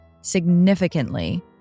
significantly